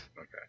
Okay